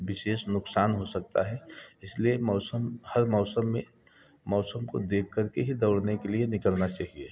विशेष नुकसान हो सकता है इसलिए मौसम हर मौसम में मौसम को देख कर के ही दौड़ने के लिए निकलना चाहिए